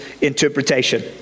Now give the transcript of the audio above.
interpretation